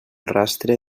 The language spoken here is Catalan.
rastre